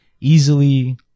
easily